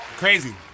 Crazy